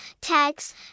tags